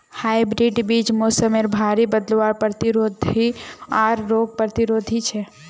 hybrid बीज मोसमेर भरी बदलावर प्रतिरोधी आर रोग प्रतिरोधी छे